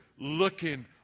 looking